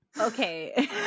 okay